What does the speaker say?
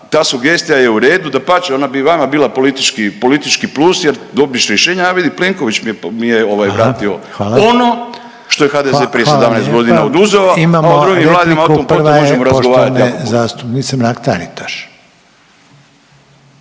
ta sugestija je u redu. Dapače, ona bi i vama bila politički plus, jer dobiš rješenja. A vidi Plenković mi je vratio ono što je HDZ prije 17 godina oduzeo, a o drugim vladama otom-potom možemo razgovarati